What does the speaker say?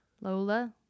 Lola